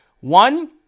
One